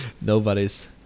Nobody's